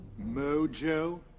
mojo